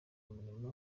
umurimo